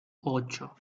ocho